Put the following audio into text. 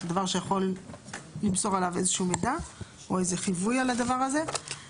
זה דבר שיכול למסור עליו איזה שהוא מידע או איזה חיווי על הדבר הזה.